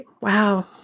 wow